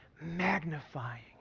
magnifying